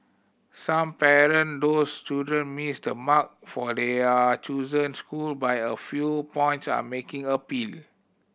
some parent those children missed the mark for their chosen school by a few points are making appeal